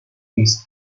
his